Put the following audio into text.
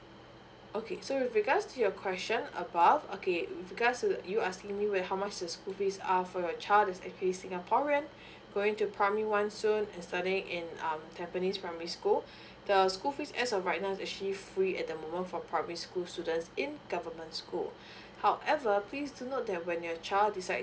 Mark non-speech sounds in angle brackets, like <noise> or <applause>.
okay so with regards to your question about okay with regards to the you asking me with how much the school fees are for your child is actually singaporean <breath> going to primary one soon and studying in um tampines primary school <breath> the school fees as of right now actually free at the moment for primary school students in government school <breath> however please do note that when your child decide